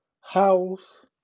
house